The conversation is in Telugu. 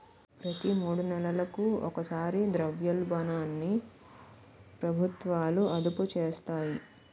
ప్రతి మూడు నెలలకు ఒకసారి ద్రవ్యోల్బణాన్ని ప్రభుత్వాలు అదుపు చేస్తాయి